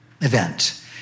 event